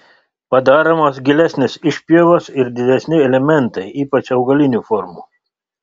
padaromos gilesnės išpjovos ir didesni elementai ypač augalinių formų